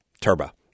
turbo